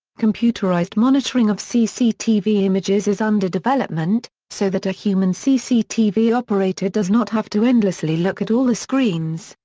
computerized monitoring of cctv images is under development, so that a human cctv operator does not have to endlessly look at all the screens,